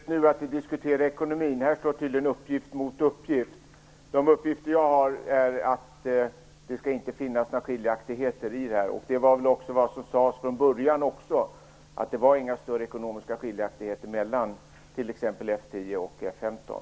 Fru talman! Det är kanske inte det rätta tillfället att diskutera ekonomi. Här står en uppgift mot en uppgift. De uppgifter jag har fått visar att det inte skall finnas några skiljaktigheter. Det var vad som sades från början, alltså att det inte var några större ekonomiska skiljaktigheter mellan t.ex. F 10 och F 15.